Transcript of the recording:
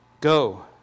Go